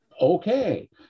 Okay